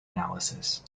analysis